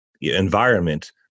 environment